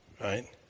Right